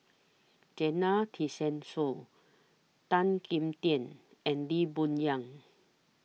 Zena Tessensohn Tan Kim Tian and Lee Boon Yang